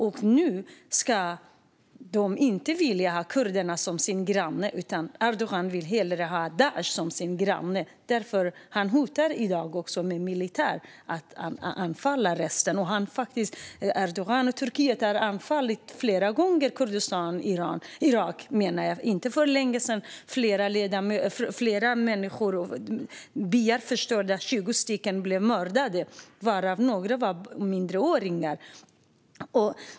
Men Erdogan vill inte ha kurderna som sin granne utan hellre Daish, och därför hotar han att anfalla med militär. Erdogan och Turkiet har flera gånger anfallit Kurdistan och Irak. För inte länge sedan förstördes byar, och 20 människor mördades, varav några var minderåriga.